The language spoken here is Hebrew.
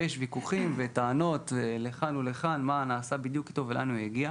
ויש ויכוחים וטענות לכאן ולכאן מה נעשה איתו בדיוק ולאן הוא הגיע.